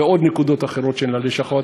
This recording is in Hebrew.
ועוד נקודות אחרות שהן ללשכות,